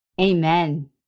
Amen